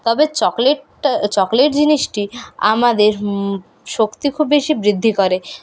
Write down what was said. তবে চকলেটটা চকলেট জিনিসটি আমাদের শক্তি খুব বেশি বৃদ্ধি করে